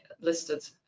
listed